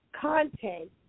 content